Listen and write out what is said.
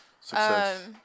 success